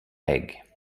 egg